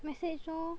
message lor